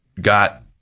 got